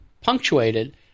punctuated